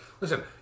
Listen